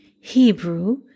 Hebrew